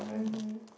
mmhmm